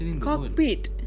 cockpit